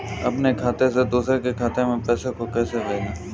अपने खाते से दूसरे के खाते में पैसे को कैसे भेजे?